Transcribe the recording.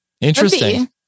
Interesting